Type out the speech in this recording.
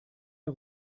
der